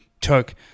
took